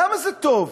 למה זה טוב?